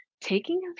taking